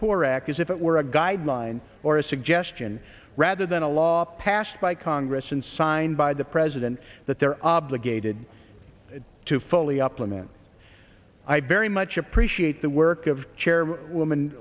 poor act as if it were a guideline or a suggestion rather than a law passed by congress and signed by the president that they're obligated to fully upline i very much appreciate the work of chairwoman